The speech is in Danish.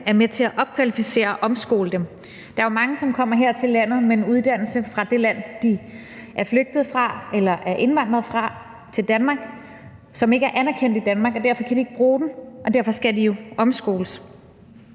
er med til at opkvalificere og omskole dem. Der er jo mange, som kommer her til Danmark fra det land, de er flygtet fra eller er indvandret fra, med en uddannelse, som ikke er anerkendt i Danmark, og derfor kan de ikke bruge den, og derfor skal de jo omskoles.